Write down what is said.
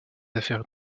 affaires